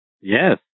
Yes